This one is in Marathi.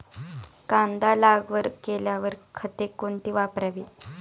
कांदा लागवड केल्यावर खते कोणती वापरावी?